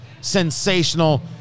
sensational